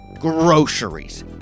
groceries